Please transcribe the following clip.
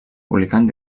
publicant